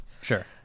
Sure